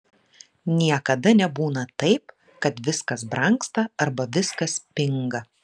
niekada nebūna taip kad viskas brangsta arba viskas pinga